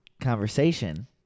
conversation